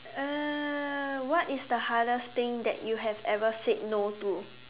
uh what is the hardest thing that you have ever said no to